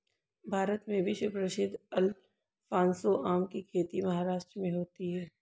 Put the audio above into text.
भारत में विश्व प्रसिद्ध अल्फांसो आम की खेती महाराष्ट्र में होती है